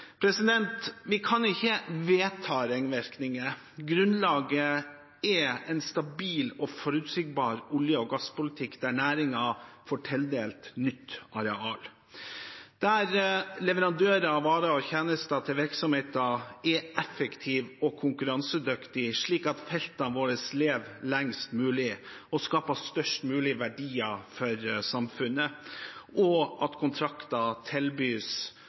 Vi kan ikke vedta ringvirkninger. Grunnlaget er en stabil og forutsigbar olje- og gasspolitikk, der næringen får tildelt nytt areal – der leverandører av varer og tjenester til virksomheter er effektive og konkurransedyktige, slik at feltene våre lever lengst mulig og skaper størst mulig verdier for samfunnet, og at